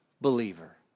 believer